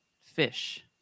fish